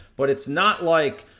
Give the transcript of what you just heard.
but it's not like,